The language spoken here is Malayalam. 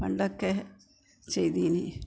പണ്ടൊക്കെ ചെയ്തിരുന്നു